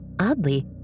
Oddly